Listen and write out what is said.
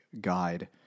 guide